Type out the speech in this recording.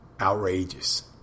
outrageous